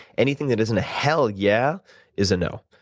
anything that isn't hell yeah is a no.